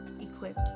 equipped